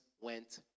went